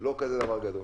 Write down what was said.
לא כזה דבר גדול.